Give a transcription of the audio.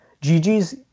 Gigi's